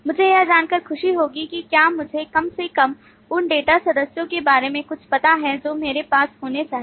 मुझे यह जानकर खुशी होगी कि क्या मुझे कम से कम उन डेटा सदस्यों के बारे में कुछ पता है जो मेरे पास होने चाहिए